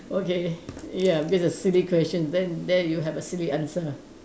okay ya because a silly question then there you have a silly answer